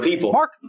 Mark